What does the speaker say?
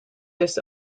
this